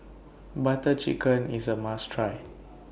Butter Chicken IS A must Try